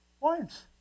points